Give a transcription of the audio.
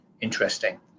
interesting